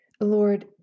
Lord